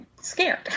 scared